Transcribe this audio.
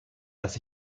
das